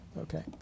okay